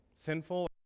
sinful